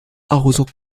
arrosant